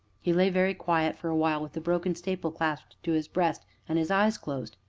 he lay very quiet for a while, with the broken staple clasped to his breast, and his eyes closed.